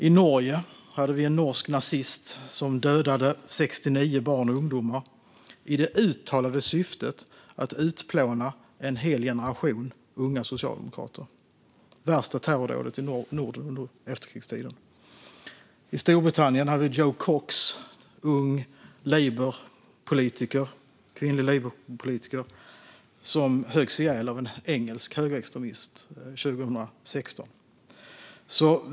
I Norge dödade en norsk nazist 69 barn och ungdomar i det uttalade syftet att utplåna en hel generation unga socialdemokrater. Det är det värsta terrordådet i Norden under efterkrigstiden. I Storbritannien höggs Jo Cox, en ung, kvinnlig labourpolitiker, ihjäl av en engelsk högerextremist 2016.